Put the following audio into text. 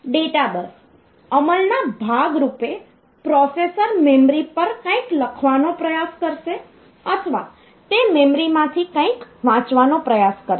data bus અમલના ભાગ રૂપે પ્રોસેસર મેમરી પર કંઈક લખવાનો પ્રયાસ કરશે અથવા તે મેમરીમાંથી કંઈક વાંચવાનો પ્રયાસ કરશે